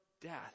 death